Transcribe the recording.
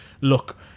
Look